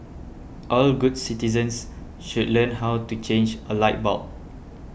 all good citizens should learn how to change a light bulb